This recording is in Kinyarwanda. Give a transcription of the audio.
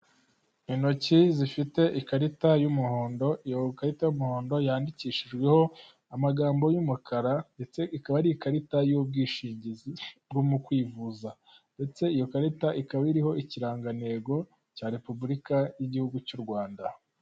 Intoki zifite ikarita y'umuhondo iyo karita y'umuhondo, yandikishijweho amagambo y'umukara ndetse ikaba ari ikarita y'ubwishingizi bwo mu kwivuza ndetse iyo karita ikaba iriho ikirangantego cya repubulika y'igihugu cy'u Rwanda.